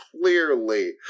Clearly